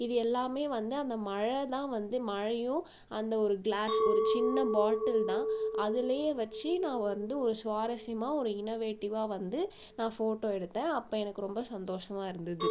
இது எல்லாமே வந்து அந்த மழை தான் வந்து மழையும் அந்த ஒரு க்ளாஸ் ஒரு சின்ன பாட்டில் தான் அதுலேயே வச்சு நான் வந்து ஒரு சுவாரஸ்யமாக ஒரு இன்னவேட்டிவ்வாக வந்து நான் ஃபோட்டோ எடுத்தேன் அப்போ எனக்கு ரொம்ப சந்தோஷமாக இருந்தது